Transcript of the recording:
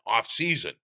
offseason